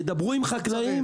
ידברו עם חקלאים.